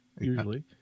usually